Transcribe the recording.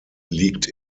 liegt